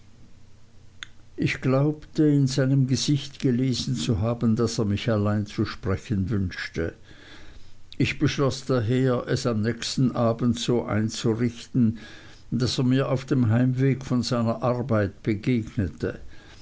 ich glaubte in seinem gesicht gelesen zu haben daß er mich allein zu sprechen wünschte ich beschloß daher es am nächsten abend so einzurichten daß er mir auf dem heimweg von seiner arbeit begegnete